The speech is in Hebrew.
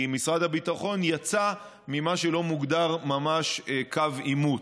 כי משרד הביטחון יצא ממה שלא מוגדר ממש קו עימות.